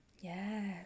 yes